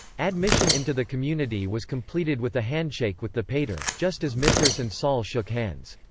admission into the community was completed with a handshake with the pater, just as mithras and sol shook hands.